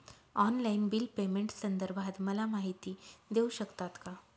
Online bill पेमेंटसंदर्भात मला माहिती देऊ शकतात का?